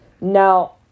Now